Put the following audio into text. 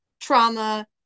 trauma